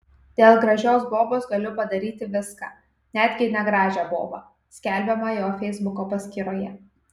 dėl gražios bobos galiu padaryti viską netgi negražią bobą skelbiama jo feisbuko paskyroje